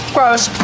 Gross